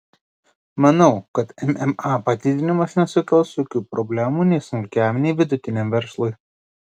manau kad mma padidinimas nesukels jokių problemų nei smulkiajam nei vidutiniam verslui